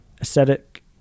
aesthetic